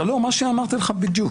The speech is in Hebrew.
לא, מה שאמרתי לך בדיוק.